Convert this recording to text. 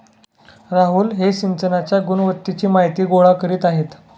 राहुल हे सिंचनाच्या गुणवत्तेची माहिती गोळा करीत आहेत